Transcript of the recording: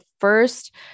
first